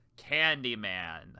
Candyman